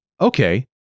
Okay